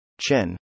chen